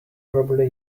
probably